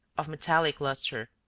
of metallic lustre,